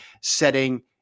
setting